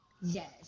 yes